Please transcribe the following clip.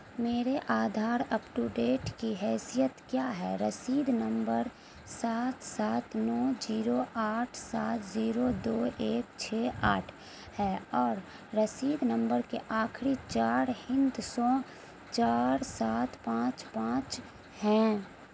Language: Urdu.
میرے آدھار اپ ٹو ڈیٹ کی حیثیت کیا ہے رسید نمبر سات سات نو جیرو آٹھ سات زیزو دو ایک چھ آٹھ ہے اور رسید نمبر کے آخری چار ہندسوں چار سات پانچ پانچ ہیں